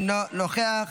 אינו נוכח,